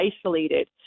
isolated